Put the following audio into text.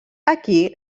aquí